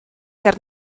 ger